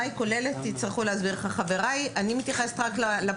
מה היא כוללת, יצטרכו להסביר חבריי.